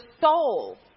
soul